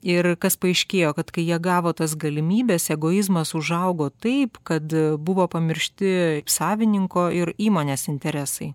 ir kas paaiškėjo kad kai jie gavo tas galimybes egoizmas užaugo taip kad buvo pamiršti savininko ir įmonės interesai